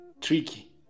Tricky